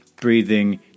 breathing